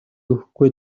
өгөхгүй